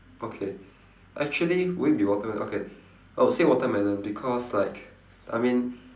okay actually will it be water~ okay I would say watermelon because like I mean